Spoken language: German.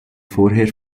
vorher